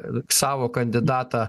savo kandidatą